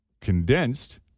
condensed